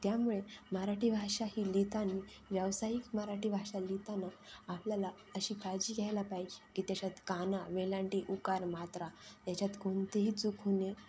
त्यामुळे मराठी भाषा ही लिहिताना व्यावसायिक मराठी भाषा लिहिताना आपल्याला अशी काळजी घ्यायला पाहिजे की त्याच्यात काना वेलांटी उकार मात्रा याच्यात कोणतीही चूक होणे